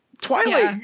Twilight